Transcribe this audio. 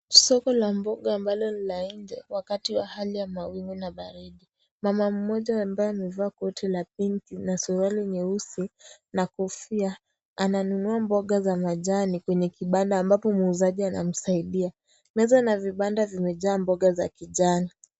Soko la mboga ambalo ni la nje wakati wa hali ya mawingu na baridi. Mama mmoja ambaye amevaa koti ya pinki na suruali nyeusi na Kofia, ananunua mboga za majani kwenye kibanda ambapo muuzaji anamsaidia. Meza na vibanda vimejaa mboga za kijani.